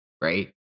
right